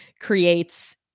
creates